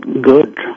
good